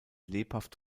lebhaft